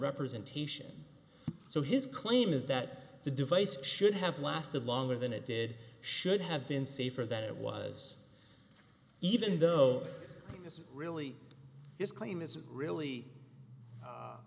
representation so his claim is that the device should have lasted longer than it did should have been safer than it was even though it's really his claim is really